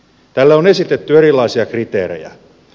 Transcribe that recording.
täällä on esitetty erilaisia kriteerejä